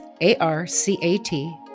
A-R-C-A-T